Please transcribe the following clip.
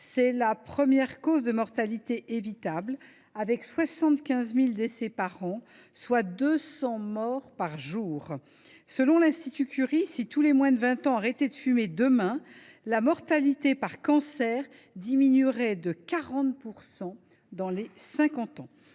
C’est la première cause de mortalité évitable avec 75 000 décès par an, soit 200 morts par jour. Selon l’Institut Curie, si tous les moins de 20 ans arrêtaient de fumer demain, la mortalité par cancer diminuerait de 40 % dans les cinquante